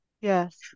Yes